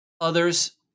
others